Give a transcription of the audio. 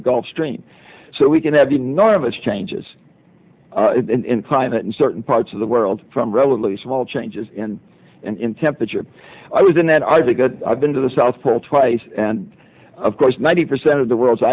the gulf stream so we can have enormous changes in climate in certain parts of the world from relatively small changes in temperature i was in that i think i've been to the south pole twice and of course ninety percent of the world's